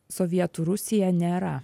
sovietų rusija nėra